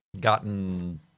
gotten